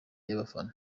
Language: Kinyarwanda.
y’abafana